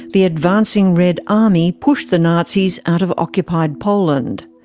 the advancing red army pushed the nazis out of occupied poland.